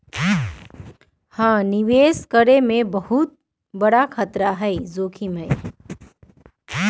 निवेश करे में बहुत बडा खतरा भी होबल करा हई